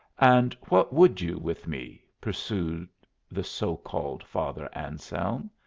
and what would you with me? pursued the so-called father anselm.